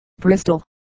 Bristol